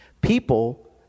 People